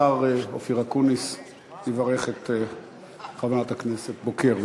השר אופיר אקוניס יברך את חברת הכנסת בוקר,